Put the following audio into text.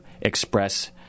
express